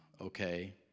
okay